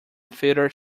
theatre